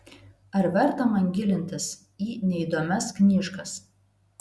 ar verta man gilintis į neįdomias knyžkas